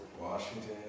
Washington